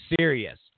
serious